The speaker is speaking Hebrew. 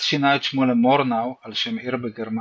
אז שינה את שמו ל"מורנאו" על שם עיר בגרמניה.